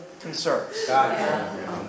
concerns